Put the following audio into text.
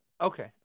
Okay